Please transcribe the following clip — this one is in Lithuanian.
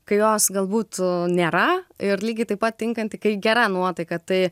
kai jos galbūt nėra ir lygiai taip pat tinkanti kai gera nuotaika tai